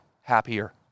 happier